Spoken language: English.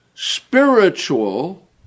Spiritual